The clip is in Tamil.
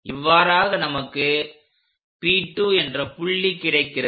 இவ்வாறாக நமக்கு P2 என்ற புள்ளி கிடைக்கிறது